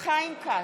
חיים כץ,